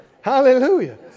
Hallelujah